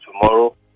tomorrow